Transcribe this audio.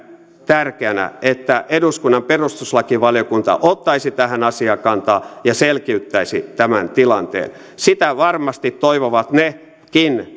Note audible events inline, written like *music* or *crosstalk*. tärkeänä että eduskunnan perustuslakivaliokunta ottaisi tähän asiaan kantaa ja selkiyttäisi tämän tilanteen sitä varmasti toivovat nekin *unintelligible*